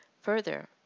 Further